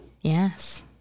Yes